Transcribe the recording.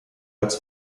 als